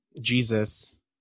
Jesus